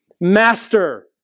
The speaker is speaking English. Master